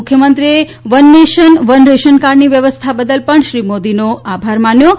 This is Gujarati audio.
મુખ્યમંત્રીએ વન નેશનલ વન રેશન કાર્ડની વ્યવસ્થા બદલ પણ શ્રી મોદીનો આભાર માન્યો છે